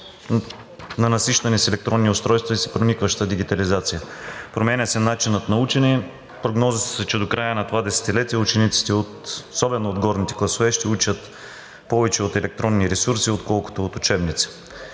на насищане с електронни устройства и с проникваща дигитализация, променя се и начинът на учене. Прогнозите са, че до края това десетилетие учениците, особено от горните класове, ще учат повече от електронни ресурси, отколкото от учебници.